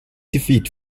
defeat